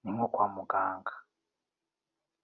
ni nko kwa muganga.